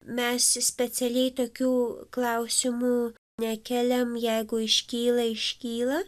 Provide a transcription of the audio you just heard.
mes specialiai tokių klausimų nekeliam jeigu iškyla iškyla